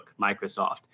Microsoft